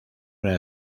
una